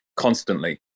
constantly